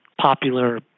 popular